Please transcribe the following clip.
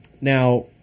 Now